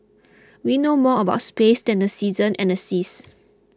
we know more about space than the seasons and seas